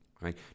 Right